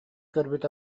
көрбүт